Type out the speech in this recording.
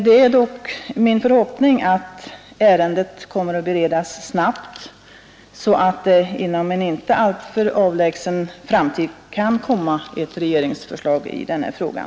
Det är dock min förhoppning att ärendet kommer att beredas snabbt, så att det inom en inte alltför avlägsen framtid kan läggas fram ett regeringsförslag i den här frågan.